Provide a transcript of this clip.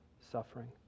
suffering